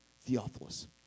theophilus